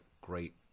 great